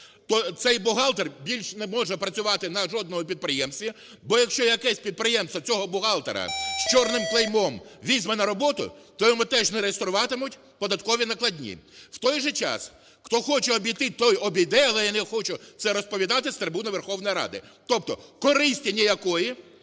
то цей бухгалтер більше не може працювати на жодному підприємстві, бо якщо якесь підприємство цього бухгалтера з чорним клеймом візьме на роботу, то йому теж не реєструватимуть податкові накладні. У той же час, хто хоче обійти, той обійде, але я не хочу це розповідати з трибуни Верховної Ради. Тобто користі ніякої.